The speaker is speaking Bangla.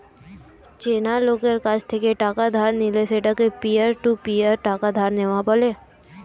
চেনা লোকের কাছ থেকে টাকা ধার নিলে সেটাকে পিয়ার টু পিয়ার টাকা ধার নেওয়া বলে